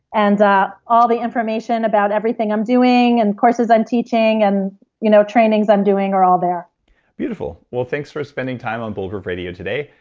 and all the information about everything i'm doing and courses i'm teaching and you know trainings i'm doing are all there beautiful. thanks for spending time on bulletproof radio today.